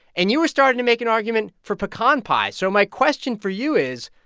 and you were starting to make an argument for pecan pie. so my question for you is,